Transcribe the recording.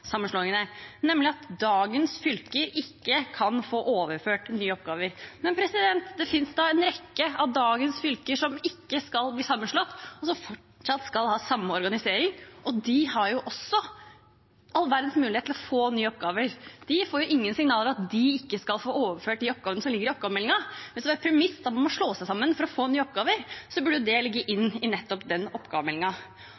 nemlig at dagens fylker ikke kan få overført nye oppgaver. Men det fins da en rekke av dagens fylker som ikke skal bli sammenslått, og altså fortsatt skal ha samme organisering, og de har også all verdens mulighet til å få nye oppgaver. De får ingen signaler om at de ikke skal få overført de oppgavene som ligger i oppgavemeldingen. Hvis det er et premiss at man må slå seg sammen for å få nye oppgaver, burde det ligge